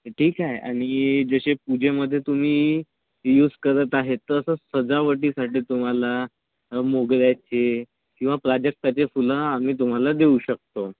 ठीक आहे आणि जसे पुजेमध्ये तुम्ही यूज करत आहे तसंच सजावटीसाठी तुम्हाला मोगऱ्याचे किंवा प्राजक्ताचे फुलं आम्ही तुम्हाला देऊ शकतो